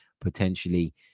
potentially